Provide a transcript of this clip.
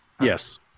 Yes